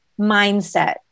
mindset